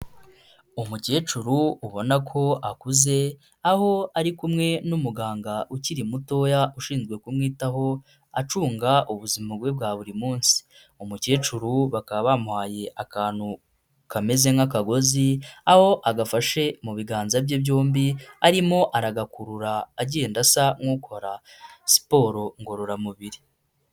Umukecuru ubona ko akuze, aho ari kumwe n'umuganga ukiri mutoya ushinzwe kumwitaho, acunga ubuzima bwe bwa buri munsi. Umukecuru bakaba bamuhaye akantu kameze nk'akagozi, aho agafashe mu biganza bye byombi arimo aragakurura, agenda asa nk'ukora siporo ngororamubiri.